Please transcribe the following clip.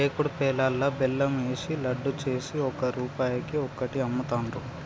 ఏకుడు పేలాలల్లా బెల్లం ఏషి లడ్డు చేసి ఒక్క రూపాయికి ఒక్కటి అమ్ముతాండ్రు